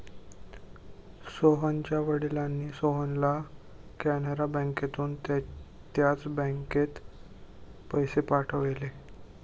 सोहनच्या वडिलांनी सोहनला कॅनरा बँकेतून त्याच बँकेत पैसे पाठवले